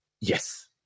Yes